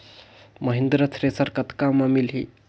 Mahindra thresher कतका म मिलही?